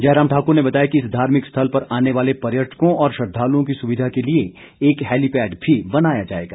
जयराम ठाक़र ने बताया कि इस धार्मिक स्थल पर आने वाले पर्यटकों और श्रद्दालुओं की सुविधा के लिए एक हैलीपैड भी बनाया जाएगा